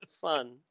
Fun